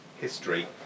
history